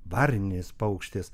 varninis paukštis